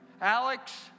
Alex